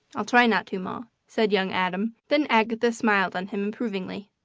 i'll try not to, ma, said young adam then agatha smiled on him approvingly.